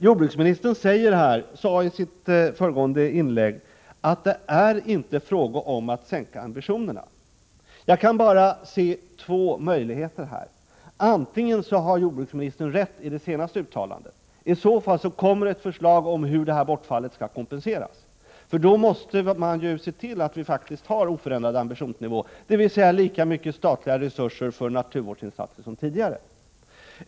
Jordbruksministern sade i sitt föregående inlägg att det inte är fråga om att sänka ambitionerna. Jag kan här se bara två möjligheter. Antingen har jordbruksministern rätt i sitt senaste uttalande. I så fall kommer förslag om hur detta bortfall skall kompenseras. Då måste man se till att vi faktiskt har oförändrad ambitionsnivå, dvs. lika stora statliga resurser för naturvårdsinsatser som tidigare.